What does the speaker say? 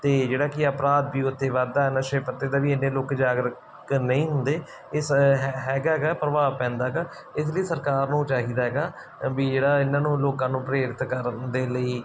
ਅਤੇ ਜਿਹੜਾ ਕਿ ਅਪਰਾਧ ਵੀ ਉੱਥੇ ਵੱਧਦਾ ਨਸ਼ੇ ਪੱਤੇ ਦਾ ਵੀ ਇੰਨੇ ਲੋਕ ਜਾਗਰੂਕ ਨਹੀਂ ਹੁੰਦੇ ਇਸ ਹੈ ਹੈਗਾ ਪ੍ਰਭਾਵ ਪੈਂਦਾ ਹੈਗਾ ਇਸ ਲਈ ਸਰਕਾਰ ਨੂੰ ਚਾਹੀਦਾ ਹੈਗਾ ਵੀ ਜਿਹੜਾ ਇਹਨਾਂ ਨੂੰ ਲੋਕਾਂ ਨੂੰ ਪ੍ਰੇਰਿਤ ਕਰਨ ਦੇ ਲਈ